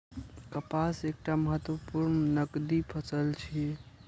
कपास एकटा महत्वपूर्ण नकदी फसल छियै